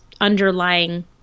Underlying